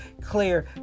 clear